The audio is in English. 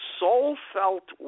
soul-felt